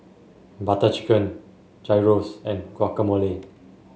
Butter Chicken Gyros and Guacamole